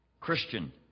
Christian